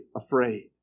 afraid